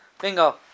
Bingo